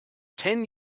ten